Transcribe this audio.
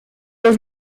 los